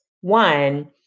One